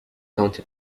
county